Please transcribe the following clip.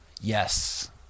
Yes